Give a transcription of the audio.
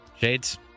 Shades